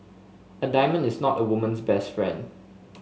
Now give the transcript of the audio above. a diamond is not a woman's best friend